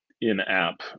in-app